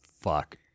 fuck